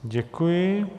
Děkuji.